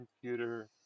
computer